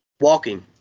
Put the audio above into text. walking